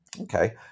Okay